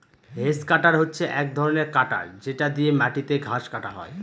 hedge cutter হচ্ছে এক ধরনের কাটার যেটা দিয়ে মাটিতে ঘাস কাটা হয়